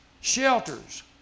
shelters